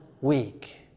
week